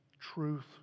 truth